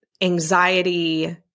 anxiety